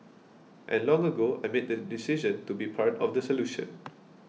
and long ago I made the decision to be part of the solution